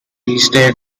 east